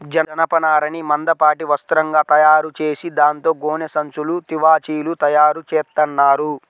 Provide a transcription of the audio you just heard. జనపనారని మందపాటి వస్త్రంగా తయారుచేసి దాంతో గోనె సంచులు, తివాచీలు తయారుచేత్తన్నారు